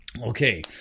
Okay